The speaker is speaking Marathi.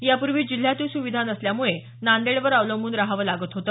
यापूर्वी जिल्ह्यात ही सुविधा नसल्यामुळे नांदेडवर अवलंबून राहावे लागत होते